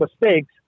mistakes